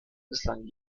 bislang